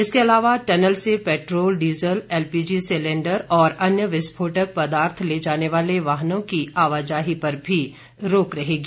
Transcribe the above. इसके अलावा टनल से पैट्रोल डीजल एलपीजी सिलेंडर और अन्य विस्फोटक पदार्थ ले जाने वाले वाहनों की आवाजाही पर भी रोक रहेगी